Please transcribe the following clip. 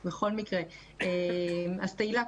תהלה,